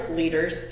leaders